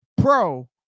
pro